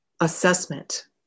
assessment